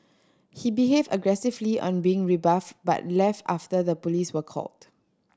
he behaved aggressively on being rebuffed but left after the police were called